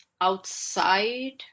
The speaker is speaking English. outside